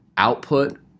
output